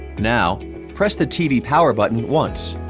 now press the tv power button once.